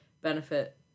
benefit